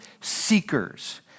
seekers